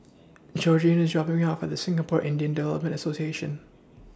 Georgine IS dropping Me off At Singapore Indian Development Association